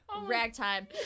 Ragtime